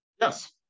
Yes